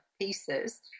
pieces